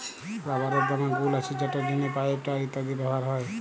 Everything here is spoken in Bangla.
রাবারের দমে গুল্ আছে যেটর জ্যনহে পাইপ, টায়ার ইত্যাদিতে ব্যাভার হ্যয়